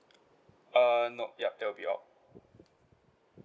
uh nope yup that will be all